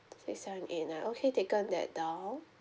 six seven eight nine okay taken that down